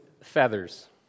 feathers